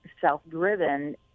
self-driven –